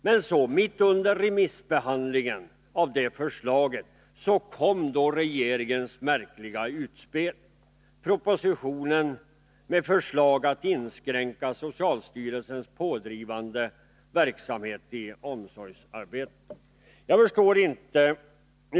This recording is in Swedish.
Men så — mitt under remissbehandlingen av det förslaget — kommer regeringens märkliga utspel, propositionen med förslag om att socialstyrelsens pådrivande tillsyn av omsorgsverksamheten skall inskränkas.